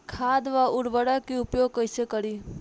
खाद व उर्वरक के उपयोग कइसे करी?